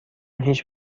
هیچ